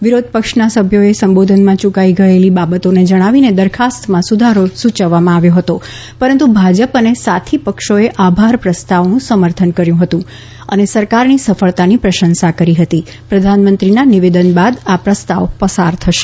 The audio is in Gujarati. વિરોધપક્ષના સભ્યોએ સંબોધનમાં યૂકાઇ ગયેલી બાબતો જણાવીને દરખાસ્તમાં સુધારો સૂચવવામાં આવ્યો હતો પરંતુ ભાજપ અને સાથી પક્ષોએ આભાર પ્રસ્તાવનું સમર્થન કર્યું હતું અને સરકારની સફળતાની પ્રશંસા કરી પ્રધાનમંત્રીના નિવેદન બાદ આ પ્રસ્તાવ પસાર કરાશે